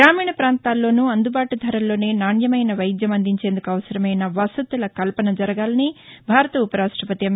గ్రామీణ ప్రాంతాల్లోనూ అందుబాటు ధరల్లోనే నాణ్యమైన వైద్యం పొందేందుకు అవసరమైన వసతుల కల్పన జరగాలని ఉపరాష్టపతి ఎమ్